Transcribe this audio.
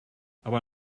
aber